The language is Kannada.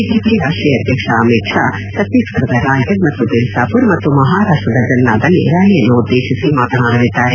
ಬಿಜೆಪಿ ರಾಷ್ಟೀಯ ಅಧ್ಯಕ್ಷ ಅಮಿತ್ ಶಾ ಛೆತ್ತೀಸ್ಗಡದ ರಾಯ್ಗಡ್ ಮತ್ತು ಬಿಲ್ಪಾಪುರ ಮತ್ತು ಮಹಾರಾಷ್ಟ್ರದ ಜಲ್ಕಾದಲ್ಲಿ ರ್ಯಾಲಿಯನ್ನು ಉದ್ದೇಶಿಸಿ ಮಾತನಾಡಲಿದ್ದಾರೆ